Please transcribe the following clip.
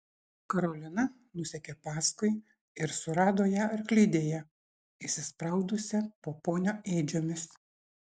karolina nusekė paskui ir surado ją arklidėje įsispraudusią po ponio ėdžiomis